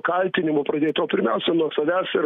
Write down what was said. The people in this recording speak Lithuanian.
kaltinimų pradėt o pirmiausia nuo savęs ir